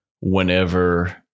whenever